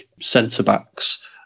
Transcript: centre-backs